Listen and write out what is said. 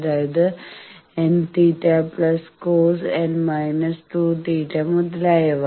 അതായത് Nθ cos N−2 θ മുതലായവ